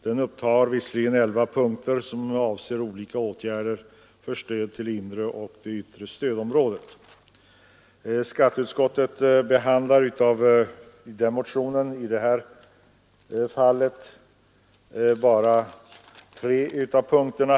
Den upptar elva punkter om olika åtgärder för stöd till inre och yttre stödområdet, men skatteutskottet behandlar bara tre av punkterna.